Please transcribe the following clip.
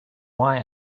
why